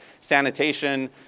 sanitation